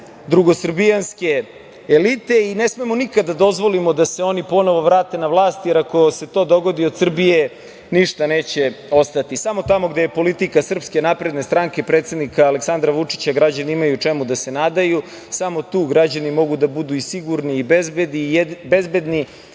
drugosrbijanske elite i ne smemo nikad da dozvolimo da se oni ponovo vrate na vlast, jer ako se to dogodi od Srbije ništa neće ostati. Samo tamo gde je politika Srpske napredne stranke i predsednika Aleksandra Vučića građani imaju čemu da se nadaju, samo tu građani mogu da budu i sigurni i bezbedni